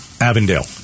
Avondale